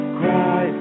cry